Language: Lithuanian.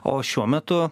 o šiuo metu